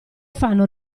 fanno